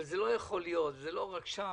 אבל זה לא יכול להיות, וזה לא רק שם.